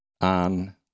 on